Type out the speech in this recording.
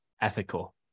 ethical